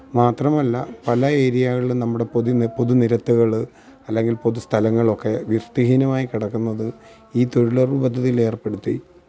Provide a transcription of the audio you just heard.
മാത്രമല്ല പല ഏരിയകളിലും നമ്മുടെ പൊതുനിരത്തുകൾ അല്ലെങ്കില് പൊതു സ്ഥലങ്ങളൊക്കെ വൃത്തിഹീനമായി കിടക്കുന്നത് ഈ തൊഴിലുറപ്പ് പദ്ധതിയിൽ ഏര്പ്പെടുത്തി